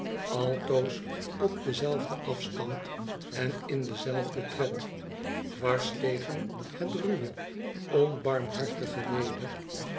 altoos op denzelfden afstand en in dezelfden tred dwars tegen het ruwe onbarmhartige weder